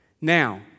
Now